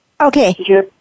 Okay